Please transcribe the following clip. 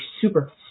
super